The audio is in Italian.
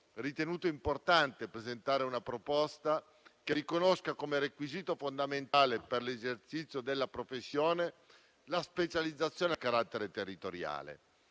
ritenuto importante presentare una proposta che riconosca come requisito fondamentale per l'esercizio della professione la specializzazione a carattere territoriale: